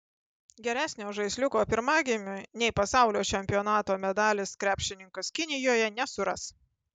geresnio žaisliuko pirmagimiui nei pasaulio čempionato medalis krepšininkas kinijoje nesuras